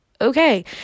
okay